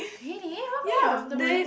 really how come your the Malays